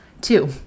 Two